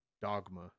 Dogma